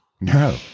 No